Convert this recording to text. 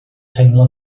teimlo